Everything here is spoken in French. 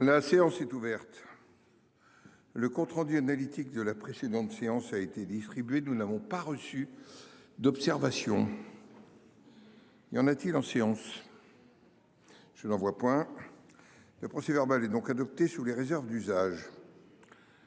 La séance est ouverte. Le compte rendu analytique de la précédente séance a été distribué. Nous n'avons pas reçu d'observation. Il y en a-t-il en séance. Je n'en vois point. Le procès verbal est donc adopté sur les réserves d'usage.